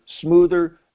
smoother